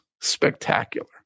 spectacular